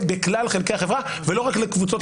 לא לכפות על בנות שום דבר.